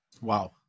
Wow